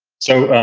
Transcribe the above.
so,